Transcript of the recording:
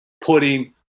putting